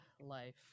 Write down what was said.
life